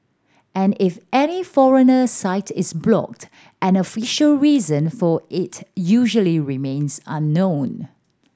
and if any foreigner site is blocked an official reason for it usually remains unknown